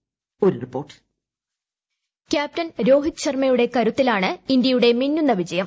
voice captain Rohit ശർമ്മയുടെ കരുത്തിലാണ് ഇന്ത്യയുടെ മിന്നുന്ന വിജയം